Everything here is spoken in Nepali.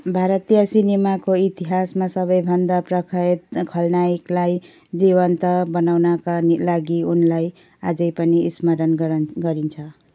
भारतीय सिनेमाको इतिहासमा सबैभन्दा प्रख्यात खलनायकलाई जीवन्त बनाउनाका नि लागि उनलाई आझै पनि स्मरण गरन गरिन्छ